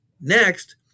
Next